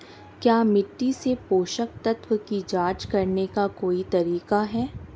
क्या मिट्टी से पोषक तत्व की जांच करने का कोई तरीका है?